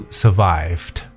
survived